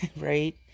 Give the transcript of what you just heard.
right